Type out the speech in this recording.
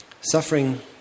Suffering